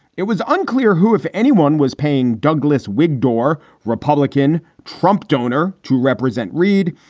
it was unclear who, if anyone, was paying douglas wig door republican trump donor to represent reid.